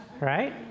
Right